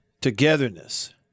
togetherness